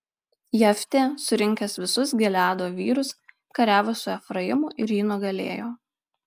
jeftė surinkęs visus gileado vyrus kariavo su efraimu ir jį nugalėjo